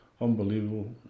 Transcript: Unbelievable